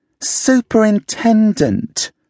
Superintendent